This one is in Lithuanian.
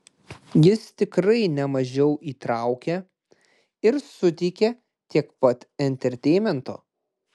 jis tikrai nemažiau įtraukia ir suteikia tiek pat enterteinmento